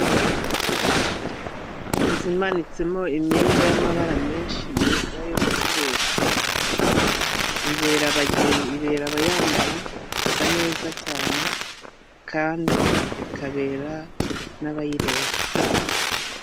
Inzu imanitsemo imyenda y'ambara menshi meza yo gucuruza, ibera abayambara, isa neza cyane kandi ikabera n'abayireba.